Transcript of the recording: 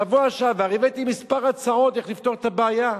בשבוע שעבר הבאתי כמה הצעות, איך לפתור את הבעיה.